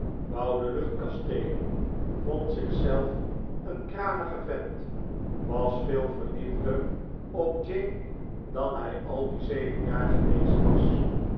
bouwde luchtkasteelen vond zichzelf een kranigen vent was veel verliefder op jane dan hij al die zeven jaar geweest was